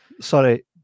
sorry